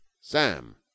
Sam